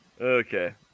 okay